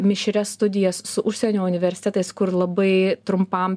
mišrias studijas su užsienio universitetais kur labai trumpam